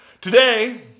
Today